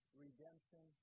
redemption